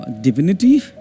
divinity